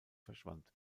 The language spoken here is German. verschwand